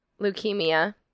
leukemia